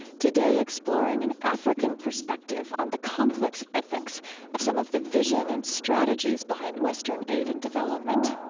today exploring an african perspective on the complex ethics of some of the vision and strategies behind western aid and development